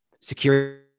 security